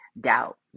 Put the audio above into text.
doubt